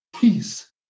peace